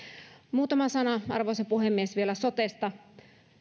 muutama sana arvoisa puhemies vielä sotesta